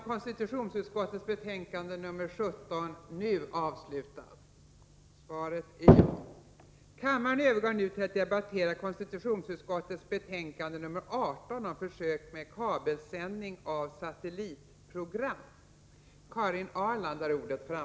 Kammaren övergår nu till att debattera konstitutionsutskottets betänkande 18 om försök med kabelsändning av satellitprogram.